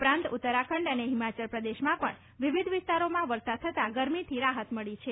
ઉપરાંત ઉત્તરાખંડ અને હિમાચલ પ્રદેશમાં પણ વિવિધ વિસ્તારોમાં વરસાદ થતા ગરમીથી થોડી રાહત મળી છે